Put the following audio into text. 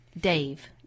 Dave